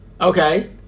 Okay